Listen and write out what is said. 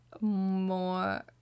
more